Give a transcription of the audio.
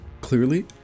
Clearly